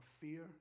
fear